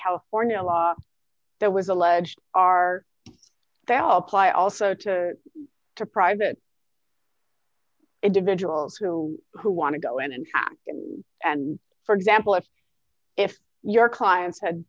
california law that was alleged are they all apply also to private individuals who who want to go in and act and for example if if your clients had